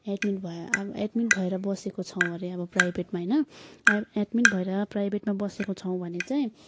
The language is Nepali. एड्मिट भए अब एडमिड भएर बसेको छौँ अरे अब प्राइभेटमा होइन एड्मिट भएर प्राइभेटमा बसेको छौँ भने चाहिँ